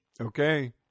Okay